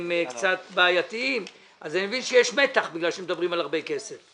קצת בעייתיים אז אני מבין שיש מתח כשמדברים על הרבה כסף.